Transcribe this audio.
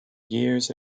years